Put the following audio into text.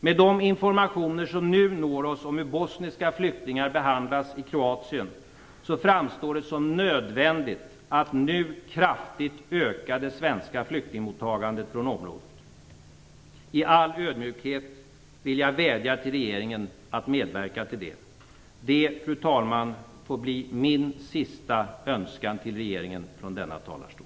Med de informationer som nu når oss om hur bosniska flyktingar behandlas i Kroatien framstår det som nödvändigt att nu kraftigt öka det svenska flyktingmottagandet från området. I all ödmjukhet vill jag vädja till regeringen att medverka till det. Fru talman! Detta får bli min sista önskan till regeringen från denna talarstol.